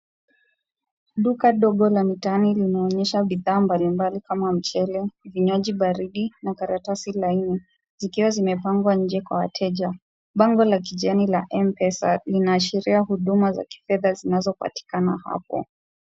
Duka dogo la mitaani linaonyesha bidhaa mbalimbali kama mchele, vinywaji baridi na karatasi laini, zikiwa zimepangwa nje kwa wateja. Bango la kijani la M-Pesa linaashiria huduma za kifedha zinazopatikana hapo.